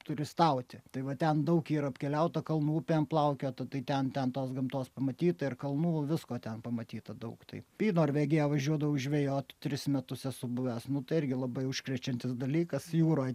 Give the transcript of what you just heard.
turistauti tai va ten daug yra apkeliauta kalnų upėm plaukiota tai ten ten tos gamtos pamatyta ir kalnų visko ten pamatyta daug tai į norvegiją važiuodavau žvejot tris metus esu buvęs nu tai irgi labai užkrečiantis dalykas jūroj